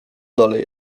dalej